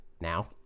Now